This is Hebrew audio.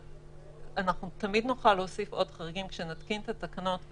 אנחנו תמיד נוכל להוסיף עוד חריגים כשנתקין את התקנות,